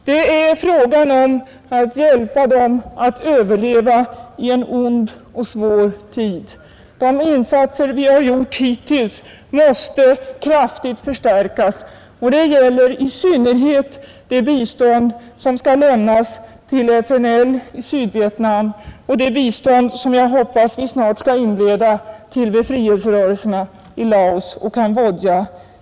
Det är fråga om att hjälpa dem att överleva i en ond och svår tid. De insatser vi har gjort hittills måste kraftigt förstärkas, och det gäller i synnerhet det bistånd som skall lämnas till FNL i Sydvietnam och det bistånd som jag hoppas att vi snart skall inleda till befrielserörelserna i Laos och Cambodja.